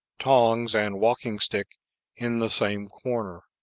tongs, and walking-stick in the same corner.